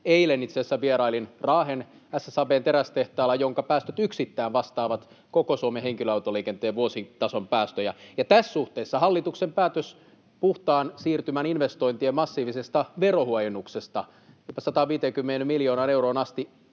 Eilen itse asiassa vierailin Raahen SSAB:n terästehtaalla, jonka päästöt yksittäin vastaavat koko Suomen henkilöautoliikenteen vuositason päästöjä, ja tässä suhteessa hallituksen päätös puhtaan siirtymän investointien massiivisesta verohuojennuksesta 150 miljoonaan euroon asti